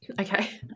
okay